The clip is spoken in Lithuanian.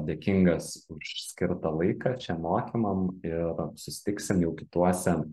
dėkingas už skirtą laiką čia mokymam ir susitiksim jau kituose